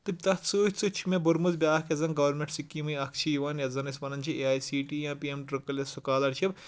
تہٕ تَتھ سۭتۍ سۭتۍ چھُ مےٚ بٔرمٕژ بیٛاکھ یَتھ زَن گورمینٹ سِکیٖمٕے اَکھ چھِ یِوان یَتھ زَن أسۍ وَںان چھِ ای آیی سی ٹۍ یا پی اٮ۪م ٹرٛکلِس سکالرشِپ